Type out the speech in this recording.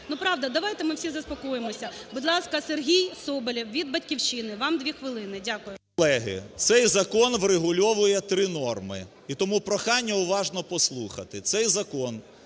Ну, правда, давайте ми всі заспокоїмося. Будь ласка, Сергій Соболєв від "Батьківщини". Вам 2 хвилини. Дякую.